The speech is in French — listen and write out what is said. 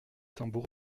tambours